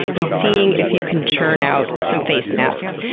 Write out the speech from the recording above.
and seeing if you can churn out some face masks.